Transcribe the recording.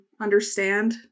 understand